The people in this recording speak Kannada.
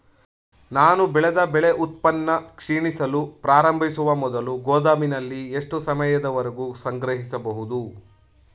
ನಾನು ಬೆಳೆದ ಬೆಳೆ ಉತ್ಪನ್ನ ಕ್ಷೀಣಿಸಲು ಪ್ರಾರಂಭಿಸುವ ಮೊದಲು ಗೋದಾಮಿನಲ್ಲಿ ಎಷ್ಟು ಸಮಯದವರೆಗೆ ಸಂಗ್ರಹಿಸಬಹುದು?